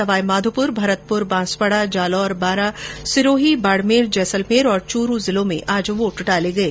सवाईमाधोपुर भरतपुर बांसवाड़ा जालौर बारां सिरोही बाडमेर जैसलमेर और चुरू जिलों में आज वोट डाले गये